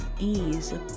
ease